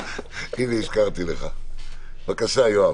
--- אני רוצה להתחבר להצעה של חבר הכנסת סגלוביץ'.